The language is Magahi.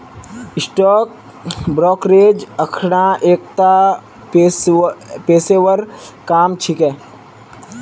स्टॉक ब्रोकरेज अखना एकता पेशेवर काम छिके